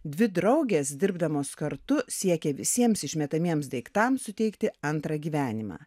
dvi draugės dirbdamos kartu siekia visiems išmetamiems daiktams suteikti antrą gyvenimą